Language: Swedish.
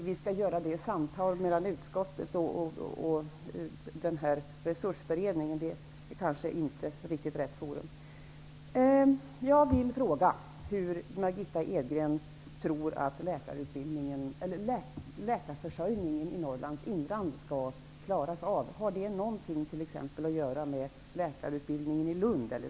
Utskottet är kanske inte riktigt rätt forum för att föra samtal med Resursberedningen. Jag vill fråga Margitta Edgren hur hon tror att läkarförsörjningen i Norrlands inland skall klaras av. Har det t.ex. någonting att göra med läkarutbildningen i Lund?